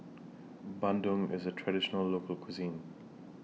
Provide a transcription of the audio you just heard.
Bandung IS A Traditional Local Cuisine